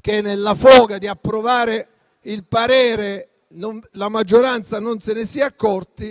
che nella foga di approvare il parere, la maggioranza non se ne sia accorta):